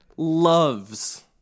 Loves